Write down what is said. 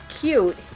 cute